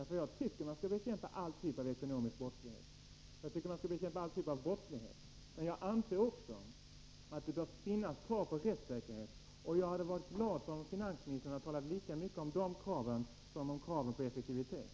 Jag tycker att man alltid skall bekämpa all typ av ekonomisk brottslighet — ja, all typ av brottslighet. Men jag anser också att det bör finnas krav på rättssäkerhet. Jag hade varit glad om finansministern hade talat lika mycket om de kraven som om kraven på effektivitet.